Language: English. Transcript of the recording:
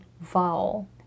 vowel